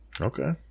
Okay